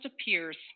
appears